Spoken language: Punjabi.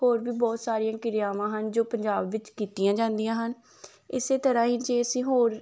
ਹੋਰ ਵੀ ਬਹੁਤ ਸਾਰੀਆਂ ਕਿਰਿਆਵਾਂ ਹਨ ਜੋ ਪੰਜਾਬ ਵਿੱਚ ਕੀਤੀਆਂ ਜਾਂਦੀਆਂ ਹਨ ਇਸ ਤਰ੍ਹਾਂ ਹੀ ਜੇ ਅਸੀਂ ਹੋਰ